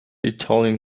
italian